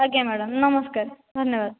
ଆଜ୍ଞା ମ୍ୟାଡମ୍ ନମସ୍କାର ଧନ୍ୟବାଦ୍